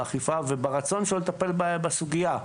וברצון שלו לטפל בסוגיה.